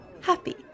happy